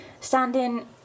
standing